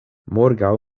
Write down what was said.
morgaŭ